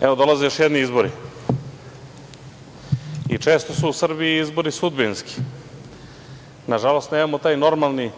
evo dolaze još jedni izbori i često su u Srbiji izbori sudbinski. Nažalost, nemamo taj normalni